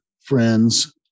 friends